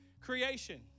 creation